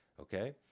okay